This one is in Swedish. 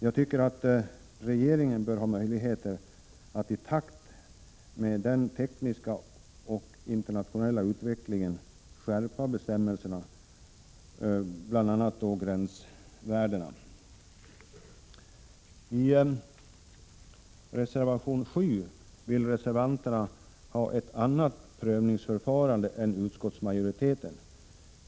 Jag tycker att regeringen bör ha möjligheter att, i takt med den tekniska och internationella utvecklingen, skärpa bestämmelserna, bl.a. i fråga om gränsvärdena. I reservation 7 föreslår reservanterna ett annat prövningsförfarande än utskottsmajoriteten.